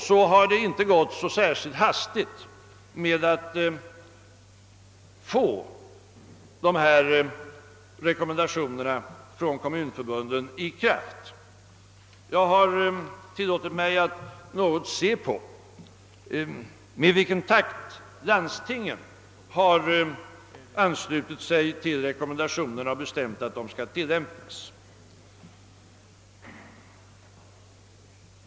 Det har ändå inte gått så särskilt hastigt att sätta kommunförbundens rekommendationer i kraft. Jag har tillåtit mig att något studera med vilken takt landstingen har anslutit sig till rekommendationerna och bestämt att de skall tillämpas.